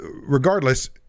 Regardless